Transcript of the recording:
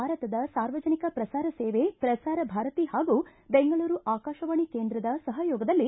ಭಾರತದ ಸಾರ್ವಜನಿಕ ಪ್ರಸಾರ ಸೇವೆ ಪ್ರಸಾರ ಭಾರತಿ ಹಾಗೂ ಬೆಂಗಳೂರು ಆಕಾಶವಾಣಿ ಕೇಂದ್ರದ ಸಹಯೋಗದಲ್ಲಿ